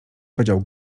podział